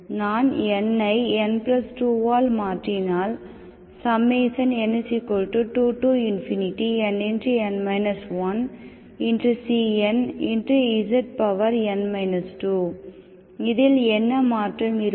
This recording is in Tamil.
நான் n ஐ n 2 ஆல் மாற்றினால் n2nn 1cnzn 2இதில் என்ன மாற்றம் இருக்கும்